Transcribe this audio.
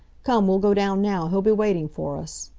come, we'll go down now. he'll be waiting for us.